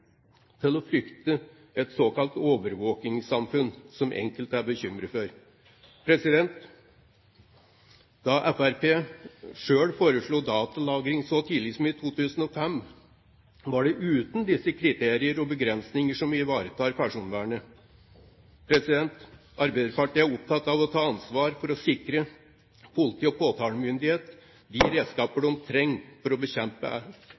til å frykte et såkalt overvåkningssamfunn, som enkelte er bekymret for. Da Fremskrittspartiet selv foreslo datalagring så tidlig som i 2005, var det uten disse kriterier og begrensninger som ivaretar personvernet. Arbeiderpartiet er opptatt av å ta ansvar for å sikre politi og påtalemyndighet de redskapene de trenger for å bekjempe